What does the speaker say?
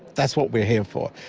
that's what we are here for.